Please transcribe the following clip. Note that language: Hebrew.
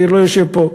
מאיר לא יושב פה.